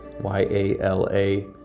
Y-A-L-A